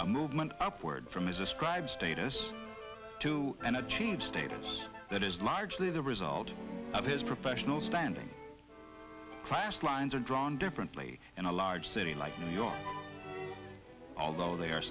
a movement upward from his ascribe status to and a change status that is largely the result of his professional standing class lines are drawn differently and a large city like new york although they are